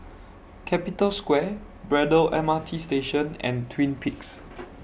Capital Square Braddell M R T Station and Twin Peaks